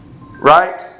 right